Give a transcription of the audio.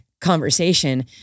conversation